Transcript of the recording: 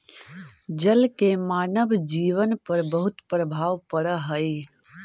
जल के मानव जीवन पर बहुत प्रभाव पड़ऽ हई